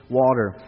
water